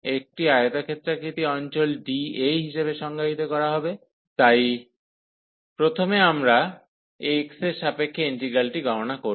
একটি আয়তক্ষেত্রাকৃতির অঞ্চল dA হিসাবে সংজ্ঞায়িত করা হবে তাই প্রথমে আমরা x এর সাপেক্ষে ইন্টিগ্রালটি গণনা করব